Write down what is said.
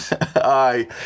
Aye